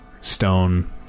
stone